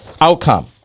outcome